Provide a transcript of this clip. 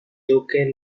duque